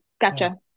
gotcha